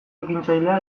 ekintzailea